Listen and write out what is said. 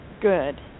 good